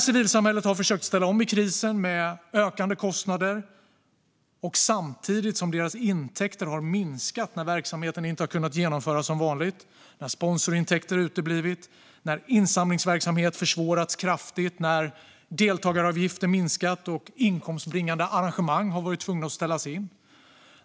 Civilsamhället har försökt ställa om i krisen med ökande kostnader samtidigt som deras intäkter har minskat när verksamheten inte har kunnat genomföras som vanligt, när sponsorintäkter har uteblivit, när insamlingsverksamhet försvåras kraftigt, när deltagaravgifter har minskat och när inkomstbringande arrangemang har fått ställas in.